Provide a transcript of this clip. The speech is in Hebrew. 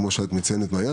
כמו שאת מציינת מאיה,